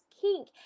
kink